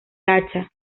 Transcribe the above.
hacha